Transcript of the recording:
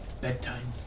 bedtime